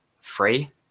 free